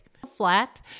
flat